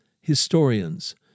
historians